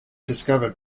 discovered